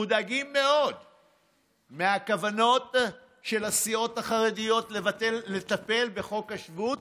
מודאגים מאוד מהכוונות של הסיעות החרדיות לטפל בחוק השבות